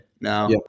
now